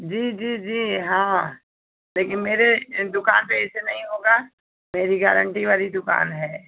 जी जी जी हाँ लेकिन मेरी दुकान पर ऐसे नहीं होगा मेरी गारंटी वाली दुकान है